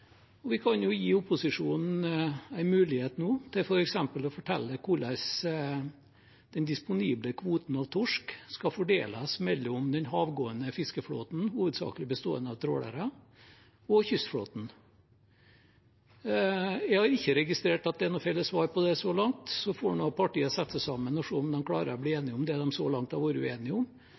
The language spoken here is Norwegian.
Vi kan jo gi opposisjonen en mulighet nå til f.eks. å fortelle hvordan den disponible kvoten av torsk skal fordeles mellom den havgående fiskeflåten – hovedsakelig bestående av trålere – og kystflåten. Jeg har ikke registrert at det er noe felles svar på det så langt. Så får partiene sette seg sammen og se om de klarer å bli enige om det de så langt har vært uenige om.